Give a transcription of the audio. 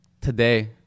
today